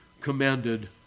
commanded